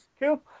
Cool